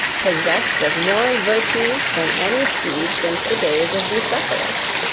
possessed of more virtues than any steed since the days of bucephalus.